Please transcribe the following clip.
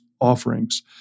offerings